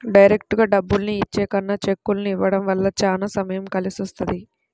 డైరెక్టుగా డబ్బుల్ని ఇచ్చే కన్నా చెక్కుల్ని ఇవ్వడం వల్ల చానా సమయం కలిసొస్తది